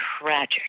tragic